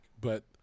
but-